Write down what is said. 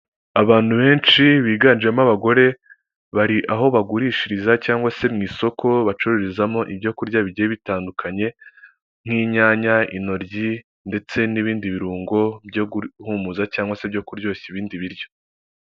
Abantu benshi biganjemo abagore, bari aho bagurishiriza cyangwa se mu isoko bacururizamo ibyokurya bigiye bitandukanye nk'inyanya, intoryi ndetse n'ibindi birungo byo guhumuza cyangwa se byo kuryoshya ibindi biryo.